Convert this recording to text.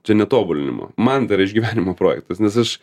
čia netobulinimo man dar išgyvenimo projektas nes aš